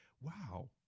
wow